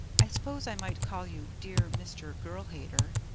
i suppose i might call you dear mr. girl-hater.